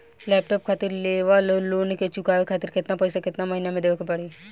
Laptop खातिर लेवल loan के चुकावे खातिर केतना पैसा केतना महिना मे देवे के पड़ी?